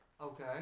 Okay